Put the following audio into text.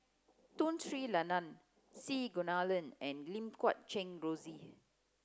Tun Sri Lanang C Kunalan and Lim Guat Kheng Rosie